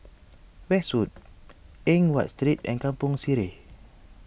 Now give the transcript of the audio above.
Westwood Eng Watt Street and Kampong Sireh